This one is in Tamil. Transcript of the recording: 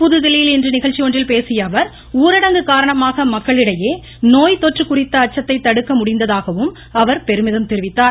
புதுதில்லியில் இன்று நிகழ்ச்சி ஒன்றில் பேசியதுவர் ஊரடங்கு காரணமாக மக்களிடையே நோய் தொற்று குறித்த அச்சத்தை தடுக்க முடிந்ததாகவும் அவர் பெருமிதம் தெரிவித்தார்